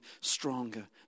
stronger